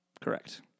Correct